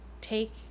take